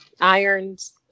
irons